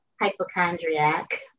hypochondriac